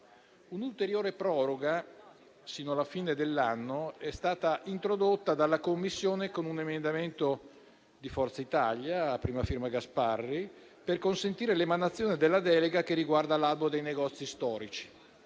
Un'ulteriore proroga, sino alla fine dell'anno, è stata introdotta dalla Commissione con un emendamento di Forza Italia, a prima firma Gasparri, per consentire l'emanazione della delega che riguarda l'albo dei negozi storici.